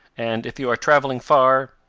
and, if you are traveling far,